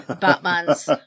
Batman's